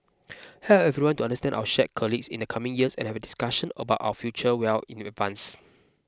help everyone to understand our shared in the coming years and have discussions about our future well in advance